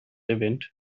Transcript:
event